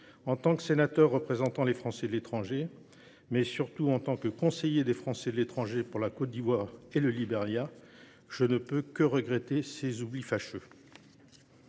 En tant que sénateur représentant les Français de l’étranger, mais surtout en tant que conseiller des Français de l’étranger pour la Côte d’Ivoire et le Liberia, je ne peux que regretter ces oublis fâcheux.